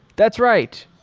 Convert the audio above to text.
that's right.